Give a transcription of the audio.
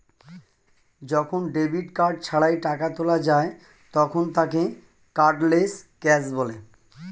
যখন debit card ছাড়াই টাকা তোলা যায় তখন তাকে কার্ডলেস ক্যাশ বলে